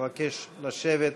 אבקש לשבת.